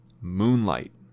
moonlight